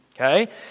okay